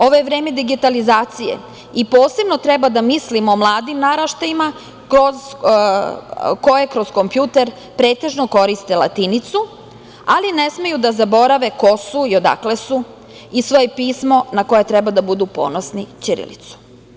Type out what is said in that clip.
Ovo je vreme digitalizacije i posebno treba da mislimo o mladim naraštajima koje kroz kompjuter pretežno koriste latinicu, ali ne smeju da zaborave ko su i odakle su i svoje pismo, na koje treba da budu ponosni - ćirilicu.